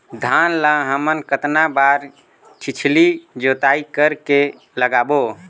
धान ला हमन कतना बार छिछली जोताई कर के लगाबो?